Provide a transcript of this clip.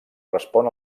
respon